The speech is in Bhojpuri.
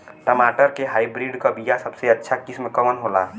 टमाटर के हाइब्रिड क बीया सबसे अच्छा किस्म कवन होला?